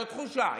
לא תחושה,